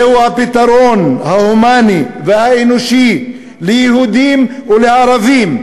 זהו הפתרון ההומני והאנושי ליהודים ולערבים,